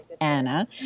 Anna